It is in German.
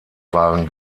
waren